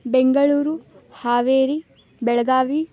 Bengaluru Haveri Belagavi